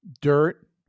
Dirt